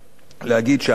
להגיד שההשוואה